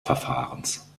verfahrens